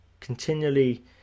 continually